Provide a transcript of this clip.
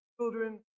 children